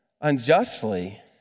unjustly